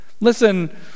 Listen